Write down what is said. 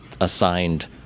assigned